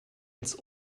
ins